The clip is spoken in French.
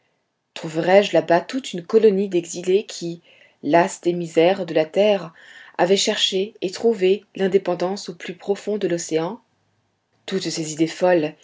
trouverais-je là-bas toute une colonie d'exilés qui las des misères de la terre avaient cherché et trouvé l'indépendance au plus profond de l'océan toutes ces idées folles